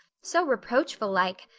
so reproachful-like.